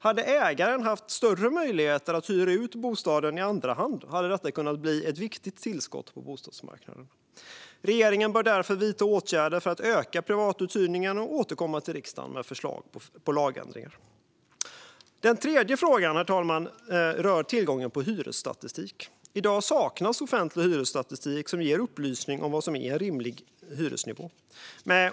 Hade ägaren haft större möjligheter att hyra ut bostaden i andra hand hade det kunnat bli ett viktigt tillskott på bostadsmarknaden. Regeringen bör därför vidta åtgärder för att öka privatuthyrningen och återkomma till riksdagen med förslag till lagändring. Den tredje frågan, herr talman, rör tillgången på hyresstatistik. I dag saknas offentlig hyresstatistik som ger upplysning om vad som är en rimlig hyresnivå.